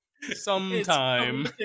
sometime